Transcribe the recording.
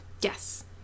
Yes